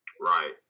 Right